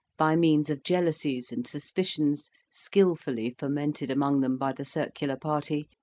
by means of jealousies and suspicions skilfully fomented among them by the circular party,